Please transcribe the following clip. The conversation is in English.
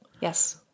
Yes